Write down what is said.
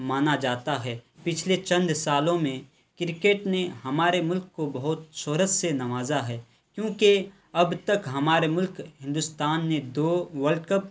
مانا جاتا ہے پچھلے چند سالوں میں کرکٹ نے ہمارے ملک کو بہت شہرت سے نوازا ہے کیوںکہ اب تک ہمارے ملک ہندوستان نے دو ورلڈ کپ